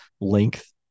length